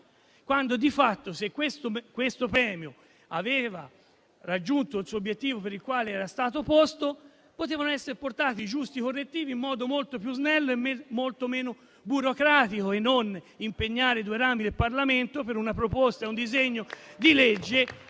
è legislativo. Se questo premio aveva raggiunto l'obiettivo per il quale era stato posto, potevano essere apportati i giusti correttivi in modo molto più snello e molto meno burocratico senza impegnare i due rami del Parlamento per un disegno di legge